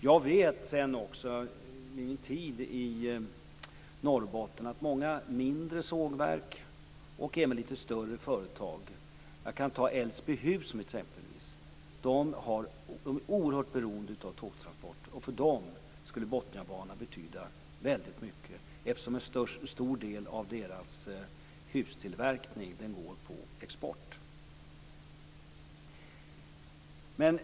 Jag vet också sedan min tid i Norrbotten att många mindre sågverk, och även lite större företag, jag kan ta Älvsbyhus som exempel, är oerhört beroende av tågtransporter. För dem skulle Botniabanan betyda väldigt mycket eftersom en stor del av deras hustillverkning går på export.